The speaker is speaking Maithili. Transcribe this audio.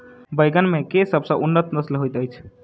बैंगन मे केँ सबसँ उन्नत नस्ल होइत अछि?